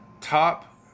top